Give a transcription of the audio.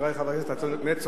חברי חברי הכנסת, אתה באמת צודק.